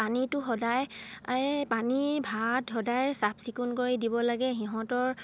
পানীটো সদায় পানীৰ ভাত সদায় চাফ চিকুণ কৰি দিব লাগে সিহঁতৰ